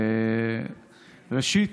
ראשית,